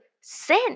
sin